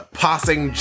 passing